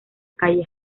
calle